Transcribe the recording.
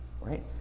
right